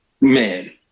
Man